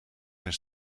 zijn